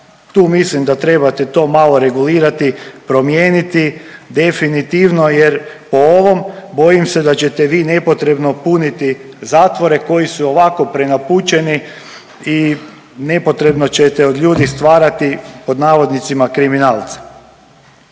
Tu mislim da trebate to malo regulirati, promijeniti, definitivno jer po ovom, bojim se da ćete vi nepotrebno puniti zatvore koji su i ovako prenapučeni i nepotrebno ćete od ljudi stvarati, pod navodnicima, kriminalce.